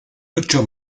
ocho